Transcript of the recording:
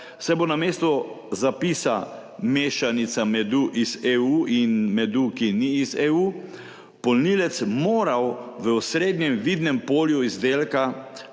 saj bo namesto zapisa mešanica medu iz EU in medu, ki ni iz EU, polnilec moral v osrednjem vidnem polju izdelka